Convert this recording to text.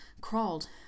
crawled